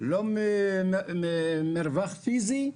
מרווח פיסי,